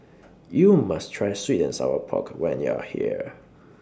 YOU must Try Sweet and Sour Pork when YOU Are here